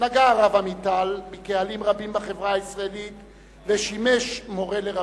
נגע הרב עמיטל בקהלים רבים בחברה הישראלית ושימש מורה לרבים.